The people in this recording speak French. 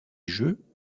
jeux